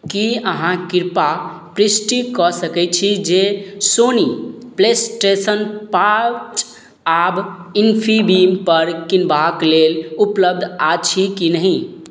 की अहाँ कृपया पुष्टि कऽ सकय छी जे सोनी प्लेस्टेशन पाँच आब इन्फीबीमपर किनबाक लेल उपलब्ध अछि कि नहि